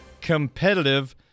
competitive